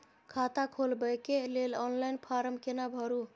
खाता खोलबेके लेल ऑनलाइन फारम केना भरु?